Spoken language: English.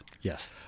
yes